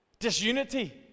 Disunity